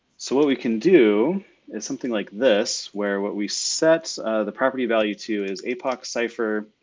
so what we can do is something like this, where what we set the property value to is apoc cipher